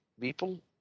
people